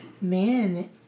Man